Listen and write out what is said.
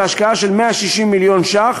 בהשקעה של 160 מיליון ש"ח,